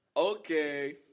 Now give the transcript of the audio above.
Okay